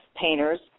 painters